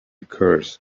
curse